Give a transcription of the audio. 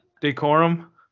decorum